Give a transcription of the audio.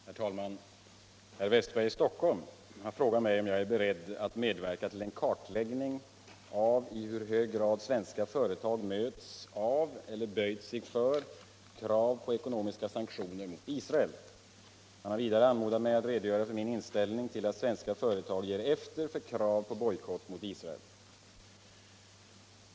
5, och anförde: Herr talman! Herr Wästberg i Stockholm har frågat mig om jag är beredd att medverka till en kartläggning av i hur hög grad svenska företag mötts av eller böjt sig för krav på ckonomiska sanktioner mot Israel. Han har vidare anmodat mig att redogöra för min inställning till avt svenska företag ger efter för krav på bojkou mot Israel.